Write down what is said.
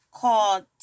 called